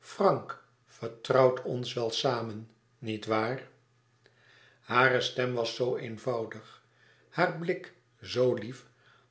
frank vertrouwt ons wel samen nietwaar hare stem was zoo eenvoudig haar blik zoo lief